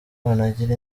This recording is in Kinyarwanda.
banagira